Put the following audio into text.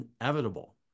inevitable